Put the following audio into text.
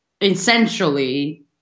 essentially